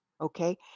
okay